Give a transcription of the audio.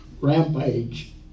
rampage